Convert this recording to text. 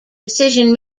decision